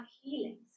healings